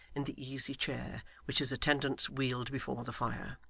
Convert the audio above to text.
in the easy-chair which his attendants wheeled before the fire.